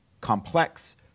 complex